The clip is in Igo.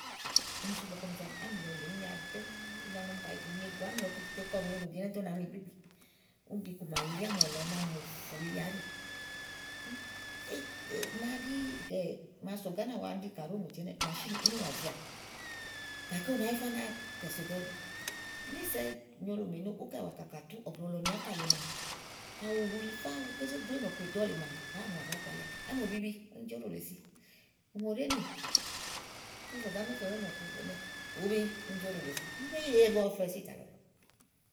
́úni sú ìgbɔ ké ɔmi zi áni ámìlɔ lèe èé nya ɖɛ́ŋúú. kayi bù nyegù ámìlɔ tu tɔ ùŋle nòbi ɛnɛ́ tè ú nàá mi igbígbì úni ɖi iku ma li ámɔ̀lɔ ámi ùfù lììà áɖì màaɖi, màa sò Gàánà wa úni ɖi kàɖóò ŋòti ɛnɛ́ɛ̀ mà sí nì ínìwà zìià gàké ù nàáa yifá ú náa kɛ̀so èɖò lèeè níìsɛ nyòo Lòmè ni ú kɛ wà kɔ kà tú ɛ̀buɖò lɔ nì ákà lèe ma a kayi ù yìifá awu ké zó do éènɔ̀ku èɖɔ̀ lèe maa bàáa mùà bàáa kpalíà. ámòbi ni, úni ci óɖò lèe si ùŋòɖèénì níìdàdà ni ú kɛ wàa èénɔ̀ku é nàá òe úni ci óɖò lèe si úni ɖèé ye bɔfɛ sú ìtà lɔ iblɔɔ.